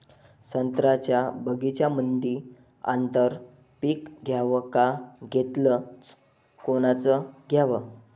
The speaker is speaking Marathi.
संत्र्याच्या बगीच्यामंदी आंतर पीक घ्याव का घेतलं च कोनचं घ्याव?